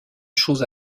chose